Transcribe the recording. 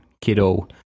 kiddo